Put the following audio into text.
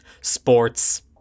Sports